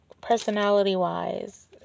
personality-wise